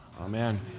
Amen